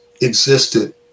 existed